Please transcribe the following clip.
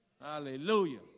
Hallelujah